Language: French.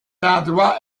endroit